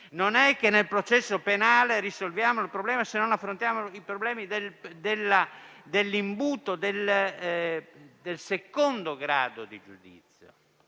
Non è che nel processo penale risolviamo il problema, se non affrontiamo i problemi dell'imbuto del secondo grado di giudizio.